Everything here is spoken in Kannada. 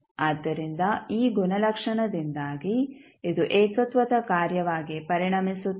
ಆದ್ದರಿಂದ ಈ ಲಕ್ಷಣದಿಂದಾಗಿ ಇದು ಏಕತ್ವದ ಕಾರ್ಯವಾಗಿ ಪರಿಣಮಿಸುತ್ತದೆ